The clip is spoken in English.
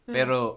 Pero